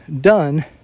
done